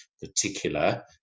particular